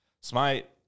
Smite